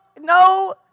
no